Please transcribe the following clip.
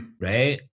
right